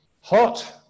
Hot